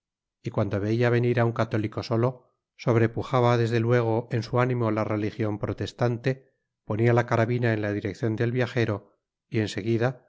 y cuando veia venir á un católico solo sobrepujaba desde luego en su ánimo la religion protestante ponia la carabina en la direccion del viajero y en